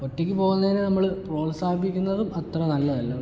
ഒറ്റക്ക് പോകുന്നതിനെ നമ്മൾ പ്രോത്സാഹിപ്പിക്കുന്നതും അത്ര നല്ലതല്ല